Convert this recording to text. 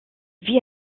vit